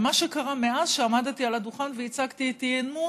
מה שקרה מאז שעמדתי על הדוכן והצגתי את האי-אמון